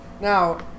Now